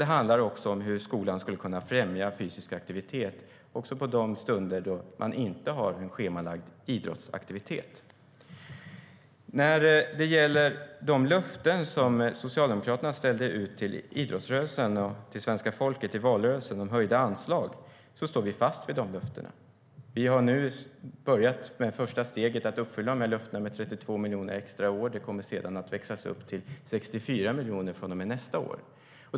Det handlar också om hur skolan skulle kunna främja fysisk aktivitet även på de stunder man inte har en schemalagd idrottsaktivitet. När det gäller de löften om höjda anslag som Socialdemokraterna gav idrottsrörelsen och svenska folket i valrörelsen står vi fast vid dem. Vi har nu börjat med det första steget mot att uppfylla dessa löften, med 32 miljoner extra i år. Det kommer sedan att växlas upp till 64 miljoner från och med nästa år.